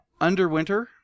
Underwinter